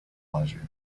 pleasure